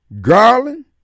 Garland